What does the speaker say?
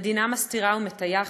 המדינה מסתירה ומטייחת,